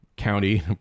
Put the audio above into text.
county